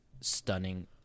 stunning